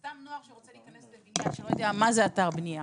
סתם נוער שרוצה להיכנס ולא יודע מה זה אתר בנייה,